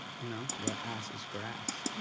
you know, your ass is grass.